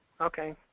Okay